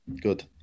Good